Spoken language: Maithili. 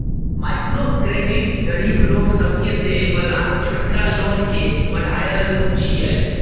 माइक्रो क्रेडिट गरीब लोक सबके देय बला छोटका लोन के बढ़ायल रूप छिये